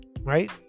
right